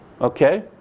Okay